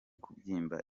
kubyimba